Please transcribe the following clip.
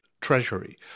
Treasury